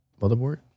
motherboard